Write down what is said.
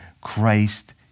Christ